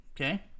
Okay